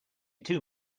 two